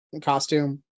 costume